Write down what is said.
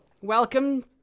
welcome